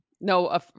No